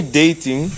dating